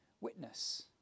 witness